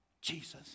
Jesus